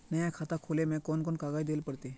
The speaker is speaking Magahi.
नया खाता खोले में कौन कौन कागज देल पड़ते?